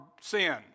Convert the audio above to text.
sin